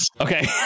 Okay